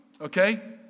okay